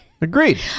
agreed